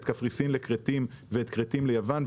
את קפריסין לכרתים ואת כרתים ליוון,